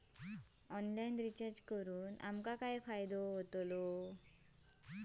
Online recharge करून आमका काय फायदो?